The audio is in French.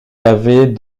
avait